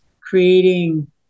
creating